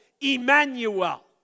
Emmanuel